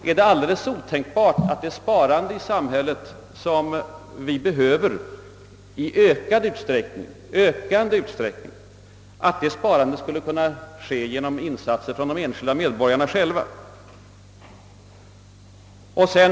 Är det alldeles otänkbart att det sparande i samhället som vi behöver i ökad utsträckning skulle kunna ske genom insatser från de enskilda medborgarna själva?